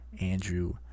Andrew